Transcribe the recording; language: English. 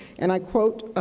and i quote, ah